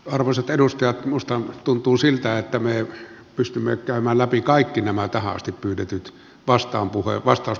arvoisat edustajat minusta tuntuu siltä että me pystymme käymään läpi kaikki nämä tähän asti pyydetyt vastauspuheenvuorot